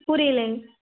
புரியலை